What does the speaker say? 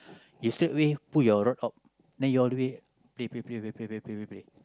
you straightaway put your rod out then you all the way play play play play play play play play play